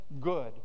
good